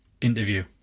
interview